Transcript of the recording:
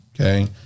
okay